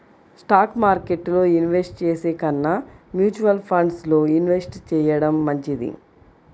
stock మార్కెట్టులో invest చేసే కన్నా మ్యూచువల్ ఫండ్స్ లో ఇన్వెస్ట్ చెయ్యడం మంచిది